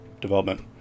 development